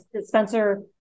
Spencer